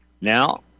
Now